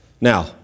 Now